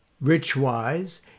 rich-wise